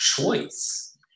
choice